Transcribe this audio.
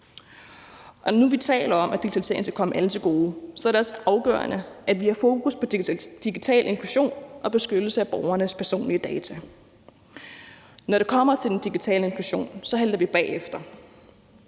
hvor vi taler om, at digitaliseringen skal komme alle til gode, så er det også afgørende, at vi har fokus på digital inklusion og beskyttelse af borgernes personlige data, og når det kommer til den digitale inklusion, så halter vi bagefter.